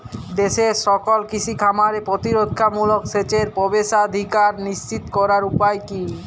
দেশের সকল কৃষি খামারে প্রতিরক্ষামূলক সেচের প্রবেশাধিকার নিশ্চিত করার উপায় কি?